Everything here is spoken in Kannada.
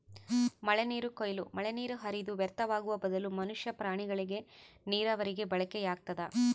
ಮಳೆನೀರು ಕೊಯ್ಲು ಮಳೆನೀರು ಹರಿದು ವ್ಯರ್ಥವಾಗುವ ಬದಲು ಮನುಷ್ಯ ಪ್ರಾಣಿಗಳಿಗೆ ನೀರಾವರಿಗೆ ಬಳಕೆಯಾಗ್ತದ